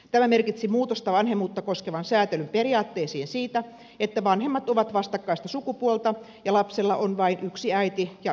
tämä merkitsi muutosta vanhemmuutta koskevan säätelyn periaatteisiin siitä että vanhemmat ovat vastakkaista sukupuolta ja lapsella on vain yksi äiti ja yksi isä